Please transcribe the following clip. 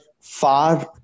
far